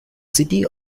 city